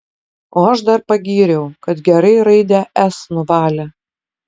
o aš dar pagyriau kad gerai raidę s nuvalė